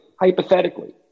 hypothetically